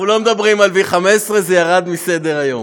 אנחנו לא מדברים על V15, זה ירד מסדר-היום.